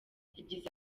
yagize